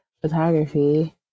photography